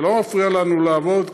זה לא מפריע לנו לעבוד,